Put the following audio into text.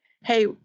hey